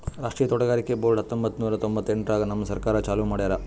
ರಾಷ್ಟ್ರೀಯ ತೋಟಗಾರಿಕೆ ಬೋರ್ಡ್ ಹತ್ತೊಂಬತ್ತು ನೂರಾ ಎಂಭತ್ತೆಂಟರಾಗ್ ನಮ್ ಸರ್ಕಾರ ಚಾಲೂ ಮಾಡ್ಯಾರ್